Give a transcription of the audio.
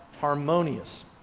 harmonious